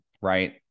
right